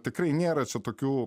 tikrai nėra čia tokių